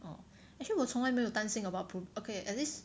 oh actually 我从来没有担心 about pro~ okay at least